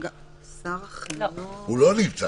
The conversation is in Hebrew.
הוא לא נמצא.